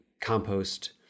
compost